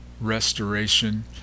restoration